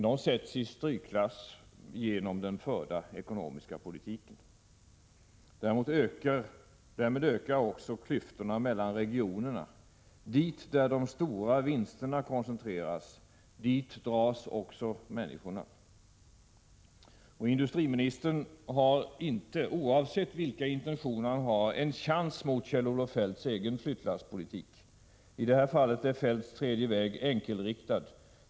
De sätts i strykklass genom den förda ekonomiska politiken. Därmed ökar klyftorna mellan regionerna. Dit där de stora vinsterna koncentreras, dit dras också människorna. Industriministern har inte, oavsett vilka intentioner han har, en chans mot Kjell-Olof Feldts egen flyttlasspolitik. I det här fallet är Feldts tredje väg enkelriktad.